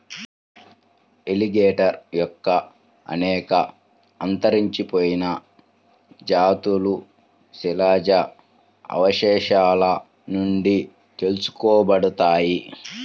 alligator యొక్క అనేక అంతరించిపోయిన జాతులు శిలాజ అవశేషాల నుండి తెలుసుకోబడ్డాయి